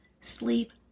sleep